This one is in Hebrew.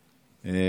אלהרר.